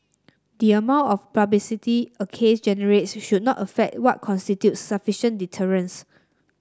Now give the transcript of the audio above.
the amount of publicity a case generates should not affect what constitutes sufficient deterrence